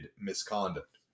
misconduct